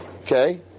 okay